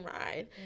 ride